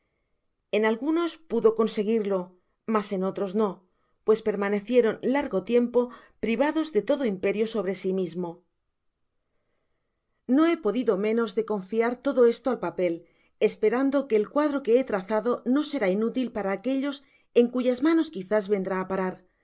en algunos pudo conseguirlo mas en otros no pues permanecieron largo tiempo privados de todo imperio sobre si mismo no he podido menos de confiar todo esto al papel esperando que el cuadro que he trazado no será inútil para aquellos en cuyas manos quizás vendrá á parar